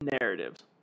narratives